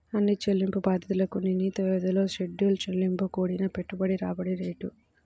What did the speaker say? అన్ని చెల్లింపు బాధ్యతలకు నిర్ణీత వ్యవధిలో షెడ్యూల్ చెల్లింపు కూడిన పెట్టుబడి రాబడి రేటు